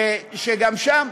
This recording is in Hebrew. שגם שם,